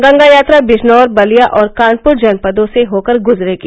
गंगा यात्रा बिजनौर बलिया और कानपुर जनपदों से होकर गुजरेगी